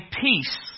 peace